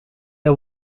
are